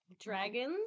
Dragons